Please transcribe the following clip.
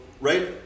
right